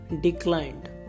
declined